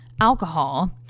alcohol